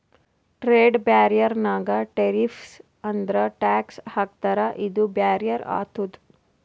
trade barrier ನಾಗ್ tariffs ಅಂದುರ್ tax ಹಾಕ್ತಾರ ಇದು ಬ್ಯಾರಿಯರ್ ಆತುದ್